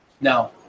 No